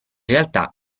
realtà